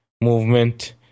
movement